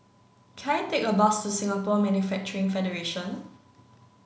can I take a bus to Singapore Manufacturing Federation